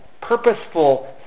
purposeful